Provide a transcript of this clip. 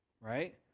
right